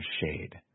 shade